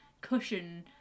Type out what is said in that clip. cushion